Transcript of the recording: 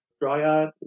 Dryad